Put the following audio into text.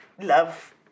love